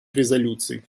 резолюций